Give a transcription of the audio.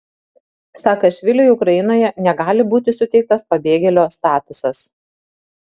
saakašviliui ukrainoje negali būti suteiktas pabėgėlio statusas